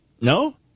No